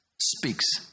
speaks